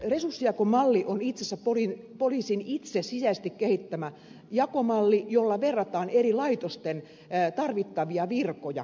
resurssijakomalli on itse asiassa poliisin itse sisäisesti kehittämä jakomalli jolla verrataan eri laitosten tarvitsemia virkoja keskenään